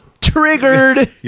triggered